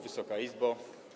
Wysoka Izbo!